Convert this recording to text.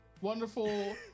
wonderful